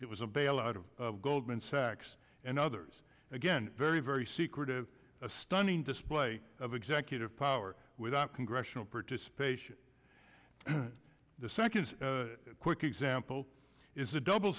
it was a bailout of goldman sachs and others again very very secretive a stunning display of executive power without congressional participation the second quick example is a double